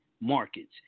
markets